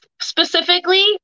specifically